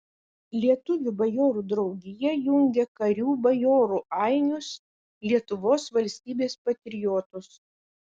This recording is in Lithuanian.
lietuvių bajorų draugija jungia karių bajorų ainius lietuvos valstybės patriotus